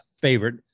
favorite